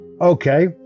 okay